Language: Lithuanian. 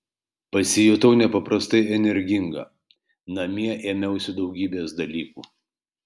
pasijutau nepaprastai energinga namie ėmiausi daugybės dalykų